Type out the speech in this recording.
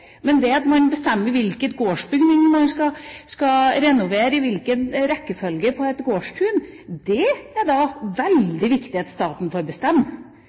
Men hvilke gårdsbygninger man skal renovere i hvilken rekkefølge på et gårdstun, er det veldig viktig at staten får bestemme.